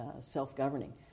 self-governing